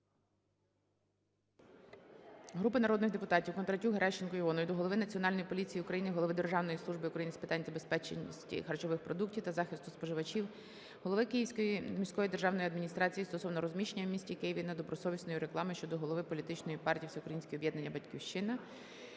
Групи народних депутатів (Кондратюк, Геращенко, Іонової) до Голови Національної поліції України, Голови Державної служби України з питань безпечності харчових продуктів та захисту споживачів, голови Київської міської державної адміністрації стосовно розміщення в місті Києві недобросовісної реклами щодо голови політичної партії "Всеукраїнське об'єднання "Батьківщина",